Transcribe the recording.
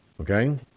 okay